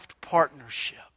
partnership